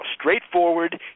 straightforward